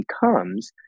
becomes